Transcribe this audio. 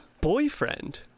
Boyfriend